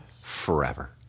forever